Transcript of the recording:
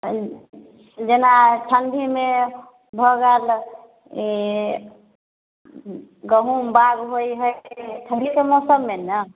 अऽ जेना ठण्डीमे भऽ गेल ई गहुम बाउग होइ हय ठण्डीके मौसममे ने